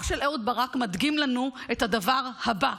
אח של אהוד ברק מדגים לנו את הדבר הבא: